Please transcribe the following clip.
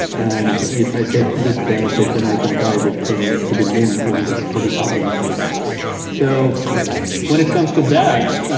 and if i take good care of it then i can drive it to to the moon, two hundred and forty thousand miles so when it comes to that,